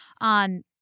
on